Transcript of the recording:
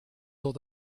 tot